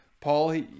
Paul